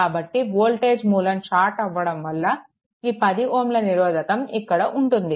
కాబట్టి వోల్టేజ్ మూలం షార్ట్ అవ్వడం వల్ల ఈ 10Ω నిరోధకం ఇక్కడ ఉంటుంది